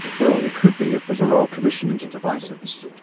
well, it could be if there is a royal commission into devices.